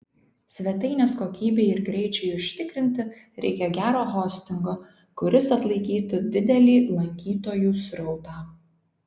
svetainės kokybei ir greičiui užtikrinti reikia gero hostingo kuris atlaikytų didelį lankytojų srautą